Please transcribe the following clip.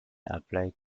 apply